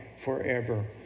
forever